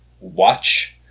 watch